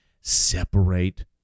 separate